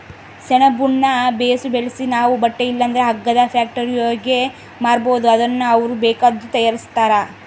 ಸೆಣಬುನ್ನ ಬೇಸು ಬೆಳ್ಸಿ ನಾವು ಬಟ್ಟೆ ಇಲ್ಲಂದ್ರ ಹಗ್ಗದ ಫ್ಯಾಕ್ಟರಿಯೋರ್ಗೆ ಮಾರ್ಬೋದು ಅದುನ್ನ ಅವ್ರು ಬೇಕಾದ್ದು ತಯಾರಿಸ್ತಾರ